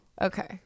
Okay